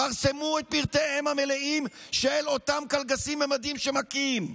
פרסמו את פרטיהם המלאים של אותם קלגסים במדים שמכים,